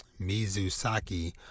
Mizusaki